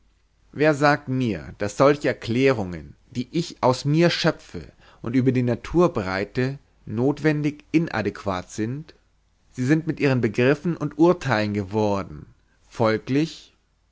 wer sagt mir daß solche erklärungen die ich aus mir schöpfe und über die natur breite notwendig inadäquat sind sie sind mit ihren begriffen und urteilen geworden folglich